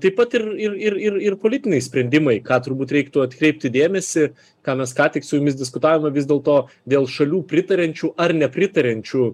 taip pat ir ir ir ir ir politiniai sprendimai ką turbūt reiktų atkreipti dėmesį ką mes ką tik su jumis diskutavome vis dėlto dėl šalių pritariančių ar nepritariančių